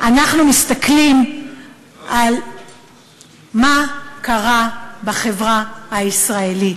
אנחנו מסתכלים על מה שקרה בחברה הישראלית,